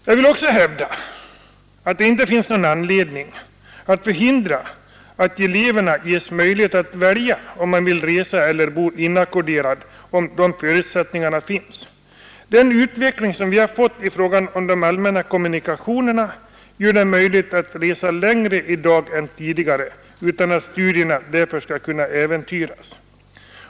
Jag vill också hävda att det inte finns någon anledning att förhindra att eleverna får möjlighet att välja mellan att resa eller bo inackorderade, om förutsättningar härför finns. Utvecklingen av de allmänna kommunikationerna har gjort det möjligt att resa längre i dag än tidigare utan att studierna fördenskull äventyras.